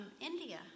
India